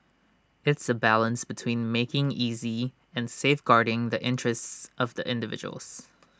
it's A balance between making easy and safeguarding the interests of the individuals